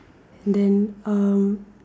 and then um